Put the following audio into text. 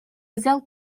взял